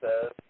says